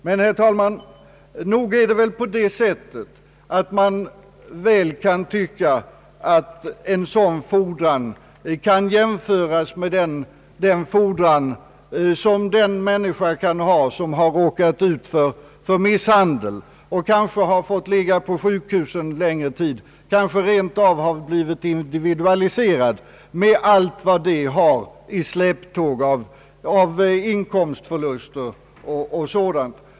Men, herr talman, nog kan man väl tycka att en sådan fordran kan jämföras med den fordran som den människan kan ha som råkat ut för misshandel och kanske har fått ligga på sjukhus en längre tid, ja rent av blivit invalidiserad, med allt vad detta har i släptåg av inkomstförluster m.m.